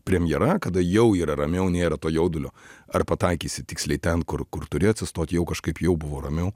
premjera kada jau yra ramiau nėra to jaudulio ar pataikysi tiksliai ten kur kur turi atsistot jau kažkaip jau buvo ramiau